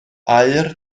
aur